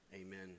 Amen